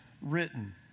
written